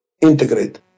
integrate